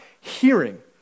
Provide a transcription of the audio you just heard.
hearing